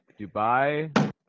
Dubai